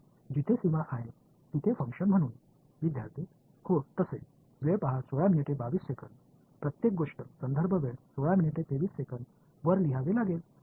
होय जिथे सीमा आहे तिथे फंक्शन म्हणून विद्यार्थी हो तसे प्रत्येक गोष्ट वर लिहावे लागेल